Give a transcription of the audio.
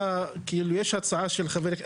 יש הצעה של חברי הכנסת,